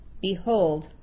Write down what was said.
Behold